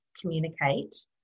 communicate